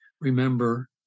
Remember